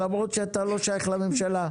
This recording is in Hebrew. למרות שאתה לא שייך לממשלה,